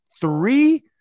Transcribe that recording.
Three